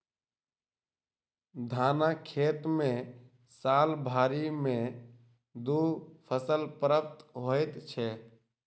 धानक खेत मे साल भरि मे दू फसल प्राप्त होइत छै